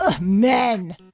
men